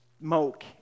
smoke